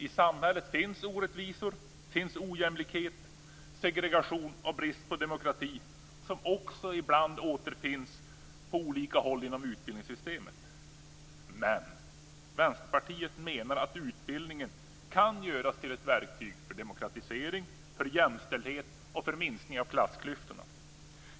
I samhället finns orättvisor, ojämlikhet, segregation och brist på demokrati som också ibland återfinns på olika håll inom utbildningssystemet. Men Vänsterpartiet menar att utbildningen kan göras till ett verktyg för demokratisering, för jämställdhet och för minskning av klassklyftorna.